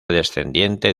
descendiente